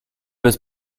bez